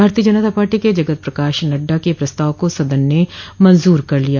भारतीय जनता पार्टी के जगत प्रकाश नड्डा के प्रस्ताव को सदन ने मंजूर कर लिया